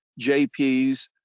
JPs